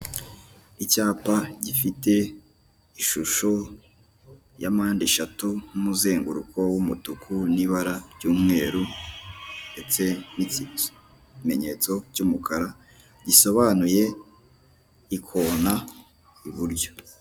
Icyapa gifite ishusho ya mpandeshatu n'umuzenguruko w'umutuku n'ibara ry'umweru, ndetse n'ikimenyetso cy'umukara gisobanuye ikona iburyo.